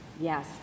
Yes